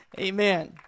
Amen